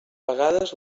vegades